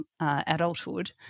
adulthood